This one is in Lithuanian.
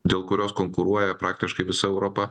dėl kurios konkuruoja praktiškai visa europa